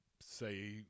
say